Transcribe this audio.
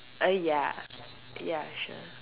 uh ya ya sure